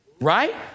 right